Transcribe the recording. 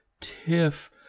Tiff